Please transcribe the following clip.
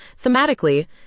Thematically